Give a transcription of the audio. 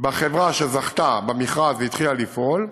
בחברה שזכתה במכרז והתחילה לפעול,